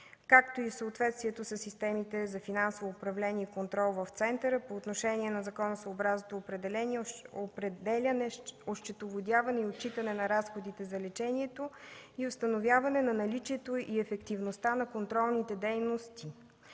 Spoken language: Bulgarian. както и съответствието със системите за финансово управление и контрол в центъра по отношение на законосъобразното определяне, осчетоводяване и отчитане на разходите за лечението и установяване на наличието и ефективността на контролните дейности,